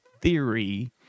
theory